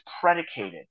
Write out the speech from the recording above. predicated